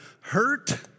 hurt